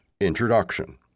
Introduction